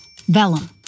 vellum